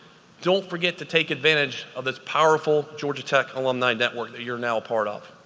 don't forget to take advantage of this powerful georgia tech alumni network that you're now a part of.